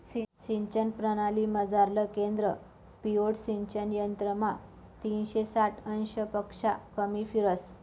सिंचन परणालीमझारलं केंद्र पिव्होट सिंचन यंत्रमा तीनशे साठ अंशपक्शा कमी फिरस